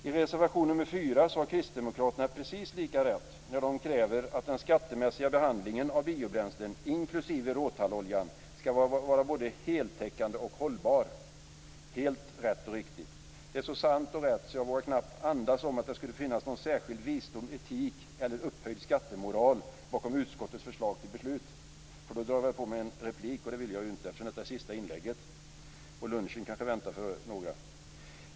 I reservation nr 4 har Kristdemokraterna precis lika rätt när de kräver att den skattemässiga behandlingen av biobränslen, inklusive råtallolja, skall vara både heltäckande och hållbar - helt rätt och riktigt. Det är så sant och rätt att jag knappt vågar andas om att det skulle finnas någon särskild visdom, etik eller upphöjd skattemoral bakom utskottets förslag till beslut, för då drar jag på mig en replik. Det vill jag inte göra, eftersom detta är sista inlägget under detta ärende och då lunchen kanske väntar för några.